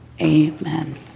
Amen